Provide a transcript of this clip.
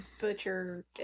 butcher